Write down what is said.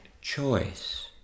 choice